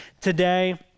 today